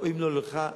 ואם לא לך,